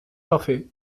parfait